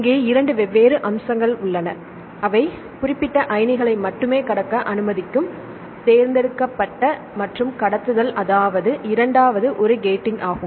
இங்கே 2 வெவ்வேறு அம்சங்கள் உள்ளன அவை குறிப்பிட்ட அயனிகளை மட்டுமே கடக்க அனுமதிக்கும் தேர்ந்தெடுக்கப்பட்ட மற்றும் கடத்துதல் அதாவது இரண்டாவது ஒரு கேட்டிங் ஆகும்